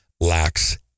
lacks